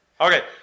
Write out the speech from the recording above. Okay